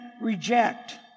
reject